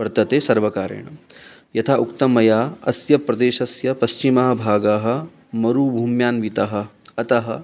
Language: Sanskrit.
वर्तते सर्वकारेण यथा उक्तं मया अस्य प्रदेशस्य पश्चिमाः भागाः मरुभूम्यान्वितः अतः